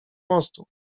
mostu